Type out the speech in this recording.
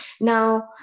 Now